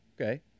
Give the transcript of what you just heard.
okay